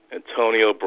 Antonio